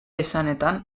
esanetan